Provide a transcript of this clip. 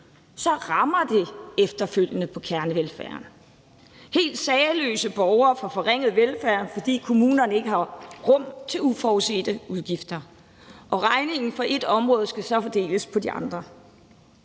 rammer det efterfølgende på kernevelfærden. Helt sagesløse borgere får forringet velfærd, fordi kommunerne ikke har rum til uforudsete udgifter og regningen for ét område så skal fordeles på de andre.